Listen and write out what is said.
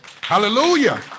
Hallelujah